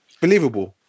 believable